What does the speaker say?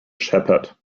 shepherd